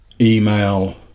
Email